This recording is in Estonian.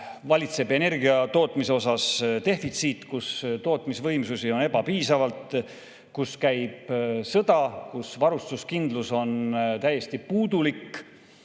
valitseb energiatootmise defitsiit, tootmisvõimsusi on ebapiisavalt, käib sõda, varustuskindlus on täiesti puudulik,